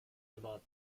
about